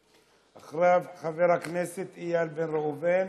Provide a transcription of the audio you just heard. ואחריו, חבר הכנסת איל בן ראובן.